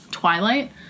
Twilight